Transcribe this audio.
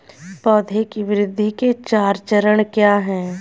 पौधे की वृद्धि के चार चरण क्या हैं?